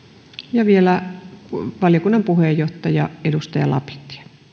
ja vielä valiokunnan puheenjohtaja edustaja lapintie